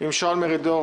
עם שאול מרידור,